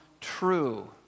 true